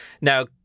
Now